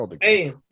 Hey